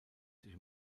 sich